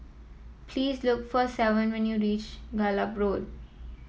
please look for Savon when you reach Gallop Road